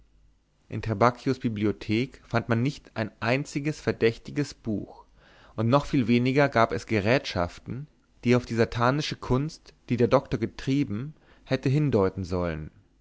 in trabacchios bibliothek fand man nicht ein einziges verdächtiges buch und noch viel weniger gab es gerätschaften die auf die satanische kunst die der doktor getrieben hätten hindeuten sollen